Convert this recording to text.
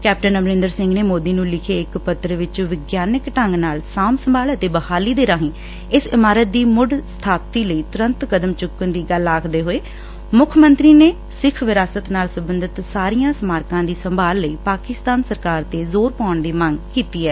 captain Amarinder Singh ਨੇ ਮੋਦੀ ਨੂੰ ਲਿਖੇ ਇੱਕ ਪੱਤਰ ਵਿਚ ਵਿਗਿਆਨਕ ਢੰਗ ਨਾਲ ਸਾਂਭ ਸੰਭਾਲ ਅਤੇ ਬਹਾਲੀ ਦੇ ਰਾਹੀ ਇਸ ਇਮਾਰਤ ਦੀ ਮੁੜ ਸਬਾਪਤੀ ਲਈ ਤੁਰੰਤ ਕਦਮ ਚੁਕਣ ਦੀ ਗੱਲ ਆਖਦੇ ਹੋਏ ਮੁੱਖ ਮੰਤਰੀ ਨੇ ਸਿੱਖ ਵਿਰਾਸਤ ਨਾਲ ਸਬੰਧਤ ਸਾਰੀਆਂ ਸਮਾਰਕਾਂ ਦੀ ਸੰਭਾਲ ਲਈ ਪਾਕਿਸਤਾਨ ਸਰਕਾਰ ਤੇ ਜ਼ੋਰ ਪਾਉਣ ਦੀ ਮੰਗ ਕੀਤੀ ਏ